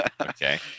Okay